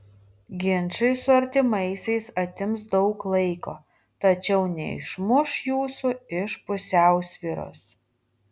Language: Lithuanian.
ginčai su artimaisiais atims daug laiko tačiau neišmuš jūsų iš pusiausvyros